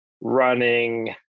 running